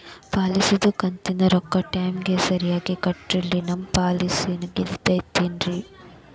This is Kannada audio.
ಪಾಲಿಸಿದು ಕಂತಿನ ರೊಕ್ಕ ಟೈಮಿಗ್ ಸರಿಗೆ ಕಟ್ಟಿಲ್ರಿ ನಮ್ ಪಾಲಿಸಿ ಇರ್ತದ ಏನ್ರಿ?